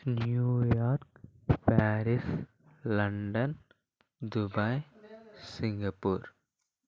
New York Paris London Dubai Singapore